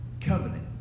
covenant